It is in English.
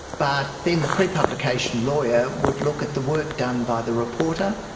but then the prepublication lawyer would look at the work done by the reporter.